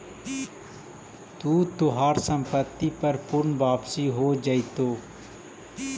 तू तोहार संपत्ति पर पूर्ण वापसी हो जाएतो